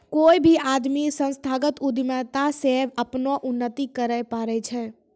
कोय भी आदमी संस्थागत उद्यमिता से अपनो उन्नति करैय पारै छै